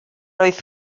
oedd